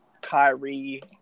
Kyrie